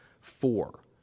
four